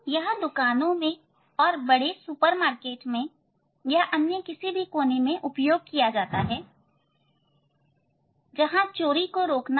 यह दुकानों और बड़े सुपर मार्केट में भी या अन्य किसी कोने में भी उपयोग किया जाता है जहां चोरी को रोकना हो